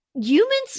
humans